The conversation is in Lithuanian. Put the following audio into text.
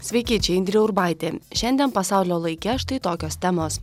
sveiki čia indrė urbaitė šiandien pasaulio laike štai tokios temos